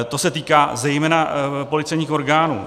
To se týká zejména policejních orgánů.